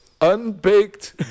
unbaked